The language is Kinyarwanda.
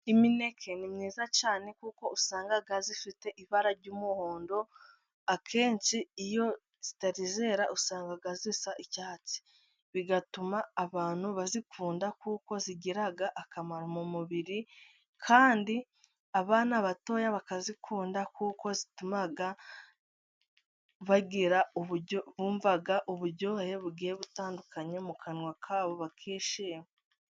Imineke ni myiza cyane, kuko usanga ifite ibara ry'umuhondo. Akenshi iyo itari yera usanga isa icyatsi. Bigatuma abantu bayikunda kuko igira akamaro mu mubiri. Kandi abana batoya bakayikunda, kuko ituma bumva uburyohe bugiye butandukanye mu kanwa kabo bakishima.